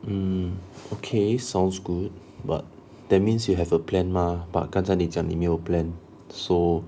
um okay sounds good but that means you have a plan mah but 刚才你讲你没有 plan so